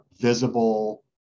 visible